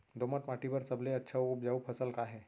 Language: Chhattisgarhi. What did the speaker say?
दोमट माटी बर सबले अच्छा अऊ उपजाऊ फसल का हे?